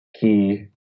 key